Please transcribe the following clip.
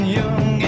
young